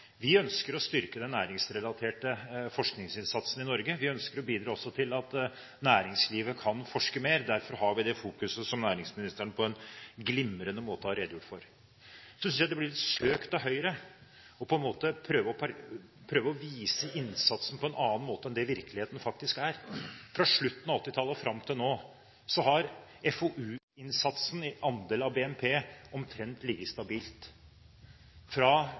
Vi ønsker å styrke den næringsrelaterte forskningsinnsatsen i Norge. Vi ønsker også å bidra til at næringslivet kan forske mer. Derfor har vi det fokuset som næringsministeren på en glimrende måte har redegjort for. Så synes jeg det blir litt søkt av Høyre på en måte å prøve å vise innsatsen på en annen måte enn slik virkeligheten faktisk er. Fra slutten av 1980-tallet og fram til nå har FoU-innsatsen i andel av BNP omtrent ligget stabilt – fra